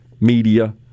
media